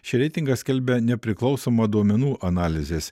šį reitingą skelbia nepriklausoma duomenų analizės